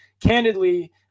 candidly